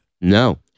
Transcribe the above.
No